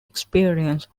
experience